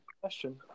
question